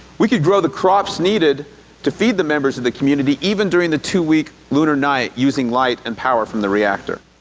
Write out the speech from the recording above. we could grow the crops needed to feed the members of the community even during the two week lunar night using light and power from the reactor.